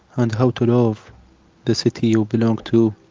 and how to love the city you belong to